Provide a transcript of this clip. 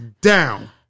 down